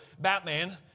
Batman